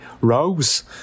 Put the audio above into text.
Rose